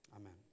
Amen